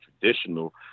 traditional